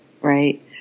right